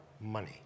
money